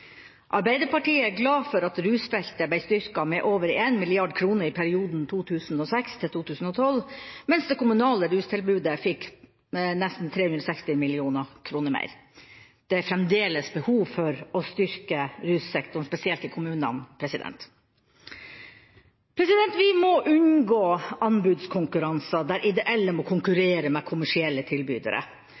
Arbeiderpartiet er glad for at rusfeltet ble styrket med over 1 mrd. kr i perioden 2006–2012, mens det kommunale rustilbudet fikk nesten 360 mill. kr mer. Det er fremdeles behov for å styrke russektoren, spesielt i kommunene. Vi må unngå anbudskonkurranser der ideelle må konkurrere med kommersielle tilbydere,